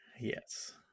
Yes